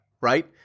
right